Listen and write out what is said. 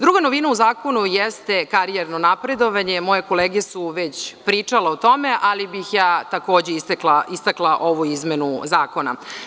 Druga novina u zakonu jeste karijerno napredovanje, a moje kolege su već pričale o tome, ali bih ja takođe istakla ovu izmenu zakona.